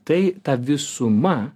tai ta visuma